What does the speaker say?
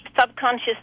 subconscious